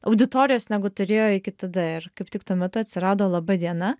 auditorijos negu turėjo iki tada ir kaip tik tuo metu atsirado laba diena